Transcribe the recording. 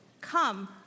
come